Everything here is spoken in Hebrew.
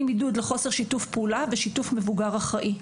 עם עידוד לחוסר שיתוף פעולה ושיתוף מבוגר אחראי.